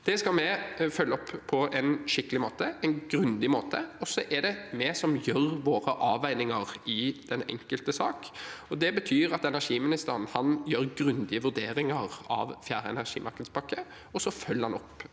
Det skal vi følge opp på en skikkelig og grundig måte. Så er det vi som gjør våre avveininger i den enkelte sak. Det betyr at energiministeren gjør grundige vurderinger av fjerde energimarkedspakke og følger opp